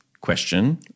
question